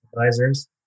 advisors